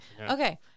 Okay